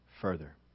further